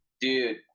Dude